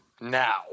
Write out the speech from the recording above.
now